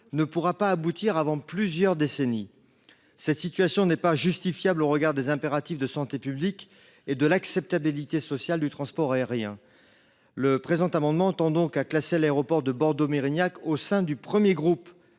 ne pourront pas aboutir avant plusieurs décennies. Pareille situation n’est pas justifiable au regard des impératifs de santé publique et de l’acceptabilité sociale du transport aérien. Le présent amendement tend donc à classer l’aéroport de Bordeaux Mérignac au sein du groupe